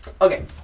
Okay